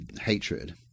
hatred